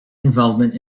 involvement